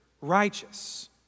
righteous